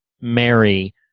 Mary